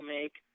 make